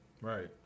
Right